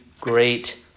great